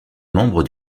membre